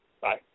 Bye